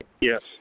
Yes